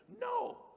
No